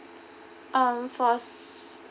um for s~